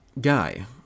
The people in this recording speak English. guy